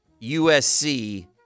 USC